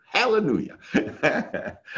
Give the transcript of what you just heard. hallelujah